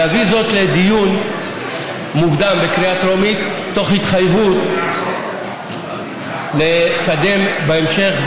נביא זאת לדיון מוקדם בקריאה טרומית תוך התחייבות לקדם בהמשך,